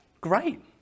Great